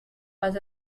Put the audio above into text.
was